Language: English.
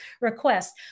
request